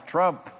Trump